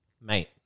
Mate